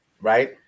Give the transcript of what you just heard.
right